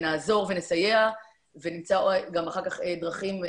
ונעזור ונסייע ונמצא גם אחר כך דרכים,